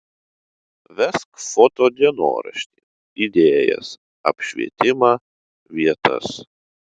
vesk foto dienoraštį idėjas apšvietimą vietas